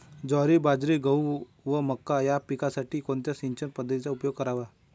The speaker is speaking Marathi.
ज्वारी, बाजरी, गहू व मका या पिकांसाठी कोणत्या सिंचन पद्धतीचा उपयोग करावा?